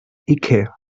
icke